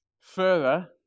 further